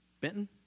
Benton